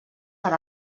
per